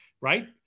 right